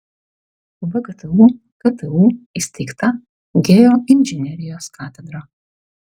vgtu ktu įsteigta geoinžinerijos katedra